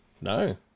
no